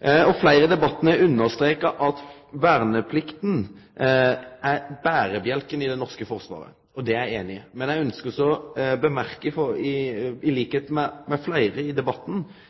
Fleire har i debatten understreka at verneplikta er berebjelken i Det norske forsvaret. Det er eg einig i. Men eg ønskjer, som fleire i debatten, å kommentere den utviklinga som har skjedd i